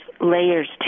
layers